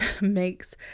makes